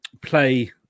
play